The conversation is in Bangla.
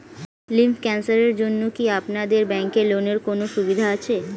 লিম্ফ ক্যানসারের জন্য কি আপনাদের ব্যঙ্কে লোনের কোনও সুবিধা আছে?